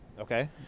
Okay